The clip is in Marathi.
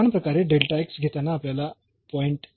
समान प्रकारे घेताना आपल्याला 0